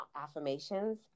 affirmations